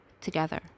together